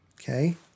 okay